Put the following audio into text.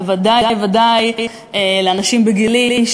וודאי וודאי לאנשים בגילי,